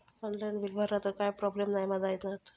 Online bill भरला तर काय प्रोब्लेम नाय मा जाईनत?